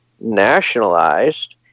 nationalized